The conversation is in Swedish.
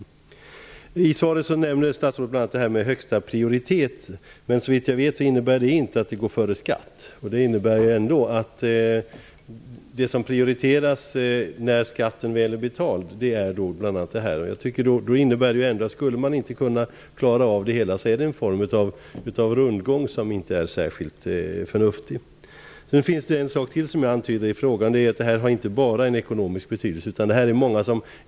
I svaret talar statsrådet om högsta prioritet. Såvitt jag vet innebär det inte att bidragsförskott går före skatt. Det innebär ändå att det prioriteras när skatten väl är betald. Skulle man inte kunna klara av det hela, blir det en sorts rundgång, något som ju inte är särskilt förnuftigt. Jag antyder ytterligare en sak i frågan, och det är att detta inte bara är av ekonomisk betydelse.